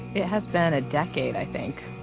it has been a decade, i think.